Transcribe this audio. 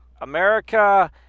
America